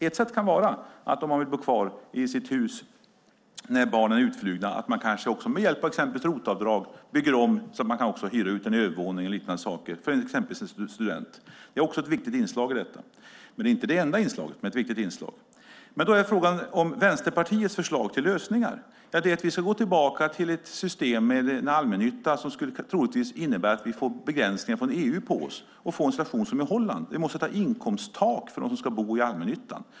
Ett sätt kan vara, om man vill bo kvar i sitt hus när barnen är utflugna, att med hjälp av exempelvis ROT-avdrag bygga om så att man kan hyra ut en övervåning eller liknande till exempelvis en student. Det är också ett viktigt inslag i detta. Det är inte det enda inslaget men ett viktigt inslag. Då är frågan: Är Vänsterpartiets förslag till lösning att vi ska gå tillbaka till ett system med en allmännytta som troligtvis skulle innebära att vi skulle få begränsningar från EU på oss och få en situation som i Holland, att vi måste sätta ett inkomsttak för dem som ska bo i allmännyttan?